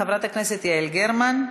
חברת הכנסת יעל גרמן.